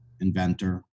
inventor